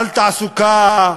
על תעסוקה,